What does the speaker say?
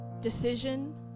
decision